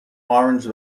orange